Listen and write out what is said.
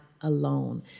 alone